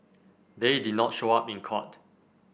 they did not show up in court